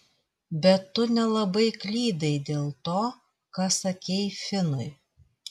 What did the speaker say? bet tu nelabai klydai dėl to ką sakei finui